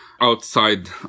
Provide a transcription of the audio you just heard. outside